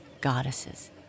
goddesses